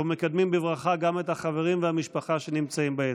אנחנו מקדמים בברכה גם את החברים והמשפחה שנמצאים ביציע.